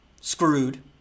screwed